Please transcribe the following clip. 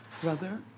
brother